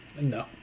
No